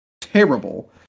terrible